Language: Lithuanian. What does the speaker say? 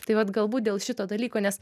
tai vat galbūt dėl šito dalyko nes